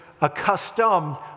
accustomed